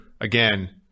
again